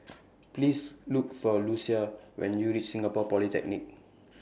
Please Look For Lucia when YOU REACH Singapore Polytechnic